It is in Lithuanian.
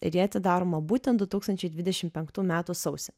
ir ji atidaroma būtent du tūkstančiai dvidešimt penktų metų sausį